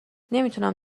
نمیتونم